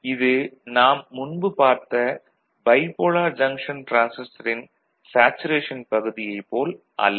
இது நாம் முன்பு பார்த்த பைபோலார் ஜங்ஷன் டிரான்சிஸ்டரின் சேச்சுரேஷன் பகுதியைப் போல் அல்ல